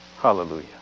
hallelujah